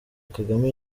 kagame